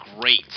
great